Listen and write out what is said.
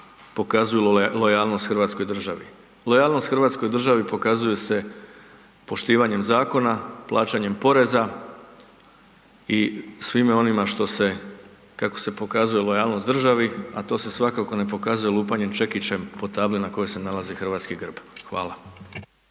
pokazuju lojalnost hrvatskoj državi. Lojalnost hrvatskoj državi pokazuju se poštivanjem zakona, plaćanjem poreza i svime onime što se kako se pokazuje lojalnost državi, a to se svakako ne pokazuje lupanjem čekićem po tabli na kojoj se nalazi hrvatski grb. Hvala.